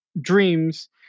dreams